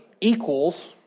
equals